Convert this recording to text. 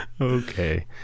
Okay